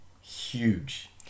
Huge